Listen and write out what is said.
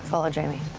follow jamie.